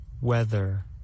Weather